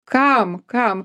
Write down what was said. kam kam